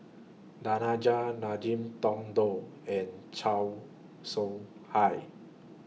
Danaraj Ngiam Tong Dow and Chan Soh Hai